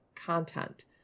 content